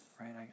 Right